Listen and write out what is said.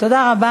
תודה רבה